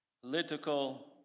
political